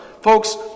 Folks